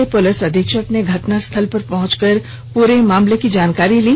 जिले के पुलिस अधीक्षक ने घटनास्थल पर पहुंचकर पूरे मामले की जानकारी ली